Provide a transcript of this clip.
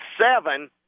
seven